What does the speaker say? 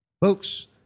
Folks